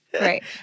Right